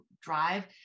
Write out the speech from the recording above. drive